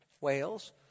whales